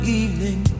evening